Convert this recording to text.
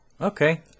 Okay